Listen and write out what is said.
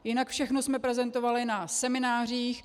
Jinak všechno jsme prezentovali na seminářích.